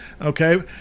okay